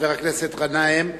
חבר הכנסת גנאים,